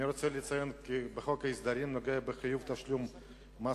אני רוצה לציין כי הסעיף בחוק ההסדרים הנוגע לחיוב תשלום מס